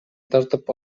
тартып